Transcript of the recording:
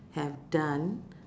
have done